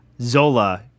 Zola